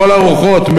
לכל הרוחות,